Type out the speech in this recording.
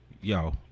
yo